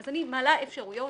אני מעלה אפשרויות,